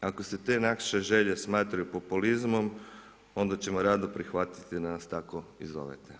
Ako se te naše želje smatraju populizmom onda ćemo rado prihvatiti da nas tako i zovete.